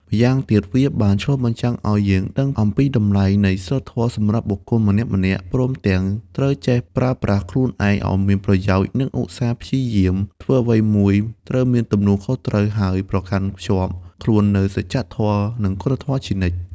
ម្យ៉ាងទៀត វាបានឆ្លុះបញ្ចាំងអោយយើងដឹងអំពីតម្លៃនៃសីលធម៌សម្រាប់បុគ្កលម្នាក់ៗ ព្រមទាំងត្រូវចេះប្រប្រាស់ខ្លួនឯងអោយមានប្រយោជន៍និងឧស្សាព្យយាម ធ្វើអ្វីមួយត្រូវមានទំនួលខុសត្រូវ ហើយប្រកាន់ខ្ជាប់ខ្ជួននៅសច្ចធម៌និងគុណធម៌ជានិច្ច។